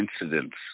incidents